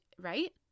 right